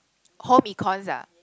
home econs ah